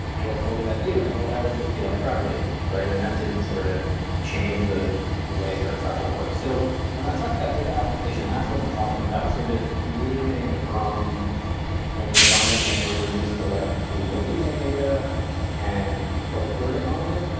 what what would that be like? that would just be like travel agents, right? and that didn't sort of change the the way our travel works. so when i talk about data application, that's what i'm talking about, sort of moving from an environment where we're used to like looking at data and reporting on it,